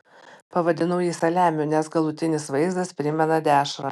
pavadinau jį saliamiu nes galutinis vaizdas primena dešrą